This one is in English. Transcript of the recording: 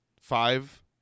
five